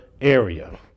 area